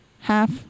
half